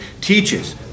teaches